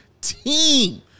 team